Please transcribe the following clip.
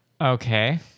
Okay